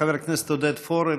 חבר הכנסת עודד פורר,